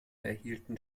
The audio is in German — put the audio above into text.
erhielten